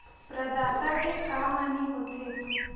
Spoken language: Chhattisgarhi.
प्रदाता के का हानि हो थे?